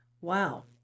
Wow